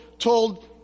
told